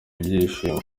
ibyishimo